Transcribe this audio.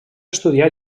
estudià